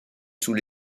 sous